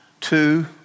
two